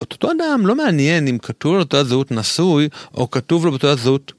אותו אדם לא מעניין אם כתוב לו בתעודת זהות נשוי או כתוב לו בתעודת זהות